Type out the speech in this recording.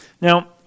Now